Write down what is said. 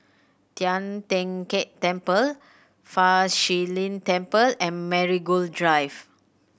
Tian Teck Keng Temple Fa Shi Lin Temple and Marigold Drive